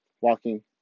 walking